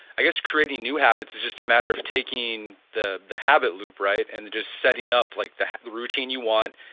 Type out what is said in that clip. i guess creating new habits is just a matter of taking the the habit loop, right, and just setting up like the routine you want,